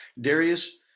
Darius